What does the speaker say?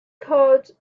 called